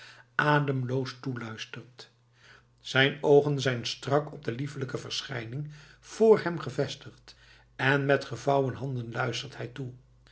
ademloos toeluistert zijn oogen zijn strak op de liefelijke verschijning vr hem gevestigd en met gevouwen handen luistert hij toe